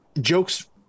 jokes